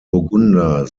burgunder